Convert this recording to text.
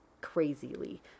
crazily